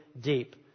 deep